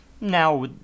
Now